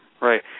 Right